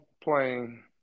playing –